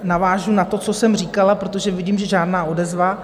Navážu na to, co jsem říkala, protože vidím, že žádná odezva.